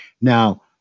Now